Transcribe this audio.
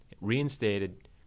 reinstated